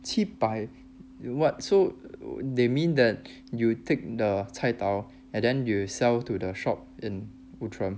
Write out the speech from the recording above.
七百 you what so they mean that you take the 菜刀 and then you sell to the shop in outram